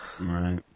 Right